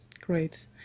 Great